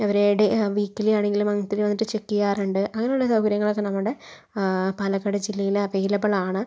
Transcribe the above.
ആ വീക്കിലി ആണെങ്കിലും അവര് വന്നിട്ട് ചെക്ക് ചെയ്യാറുണ്ട് അങ്ങനെയുള്ള സൗകര്യങ്ങളൊക്കെ നമ്മുടെ പാലക്കാട് ജില്ലയിൽ അവൈലബിൾ ആണ്